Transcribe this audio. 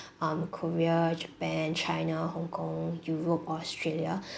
um korea japan china hong kong europe australia